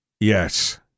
Yes